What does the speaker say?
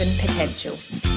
potential